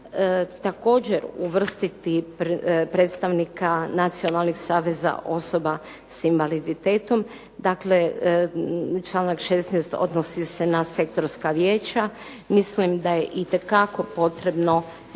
također uvrstiti predstavnika nacionalnih saveza osoba s invaliditetom, dakle članak 16. odnosi se na sektorska vijeća. Mislim da je itekako potrebno